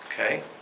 Okay